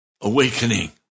awakening